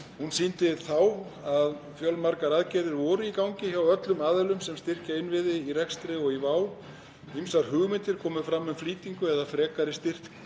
Hún sýndi þá að fjölmargar aðgerðir voru í gangi hjá öllum aðilum sem styrkja innviði í rekstri og í vá. Ýmsar hugmyndir komu fram um flýtingu eða frekari styrkingu